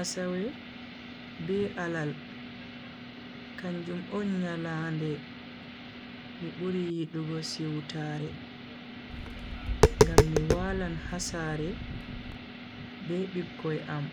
Asawe be alal kanjum on nyalande mi buri yidugo siwtaare ngam mi walan ha saree be bikkoi am